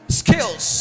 skills